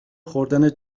خوردن